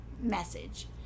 message